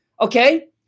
okay